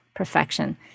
perfection